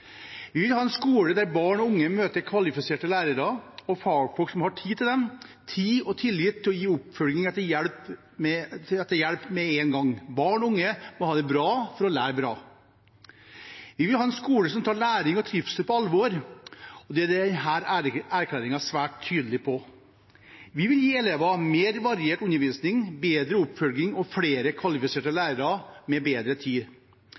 Vi vil ha en skole der barn og unge møter kvalifiserte lærere og fagfolk som har tid til dem – tid og tillit til å gi oppfølging eller hjelp med en gang. Barn og unge må ha det bra for å lære bra. Vi vil ha en skole som tar læring og trivsel på alvor, og det er denne erklæringen svært tydelig på. Vi vil gi elevene mer variert undervisning, bedre oppfølging og flere kvalifiserte lærere med bedre tid.